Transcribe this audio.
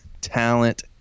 talent